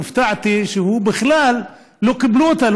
הופתעתי שבכלל לא קיבלו אותו,